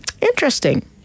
interesting